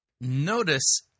Notice